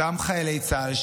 אותם חיילי צה"ל,